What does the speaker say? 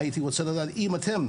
והייתי רוצה לדעת אם אתם,